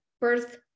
birth